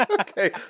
Okay